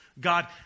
God